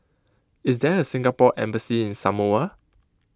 is there a Singapore Embassy in Samoa